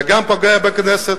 זה גם פוגע בכנסת,